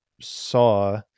saw